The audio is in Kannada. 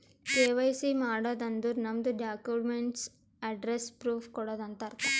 ಕೆ.ವೈ.ಸಿ ಮಾಡದ್ ಅಂದುರ್ ನಮ್ದು ಡಾಕ್ಯುಮೆಂಟ್ಸ್ ಅಡ್ರೆಸ್ಸ್ ಪ್ರೂಫ್ ಕೊಡದು ಅಂತ್ ಅರ್ಥ